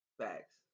Facts